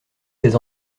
ses